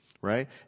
right